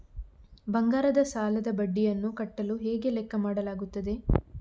ಬಂಗಾರದ ಸಾಲದ ಬಡ್ಡಿಯನ್ನು ಕಟ್ಟಲು ಹೇಗೆ ಲೆಕ್ಕ ಮಾಡಲಾಗುತ್ತದೆ?